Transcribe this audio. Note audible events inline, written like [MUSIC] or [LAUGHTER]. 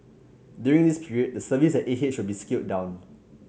during this period the services at A [UNINTELLIGIBLE] will be scaled down